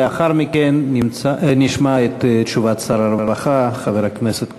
לאחר מכן נשמע את תשובת שר הרווחה, חבר הכנסת כהן.